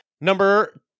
number